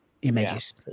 images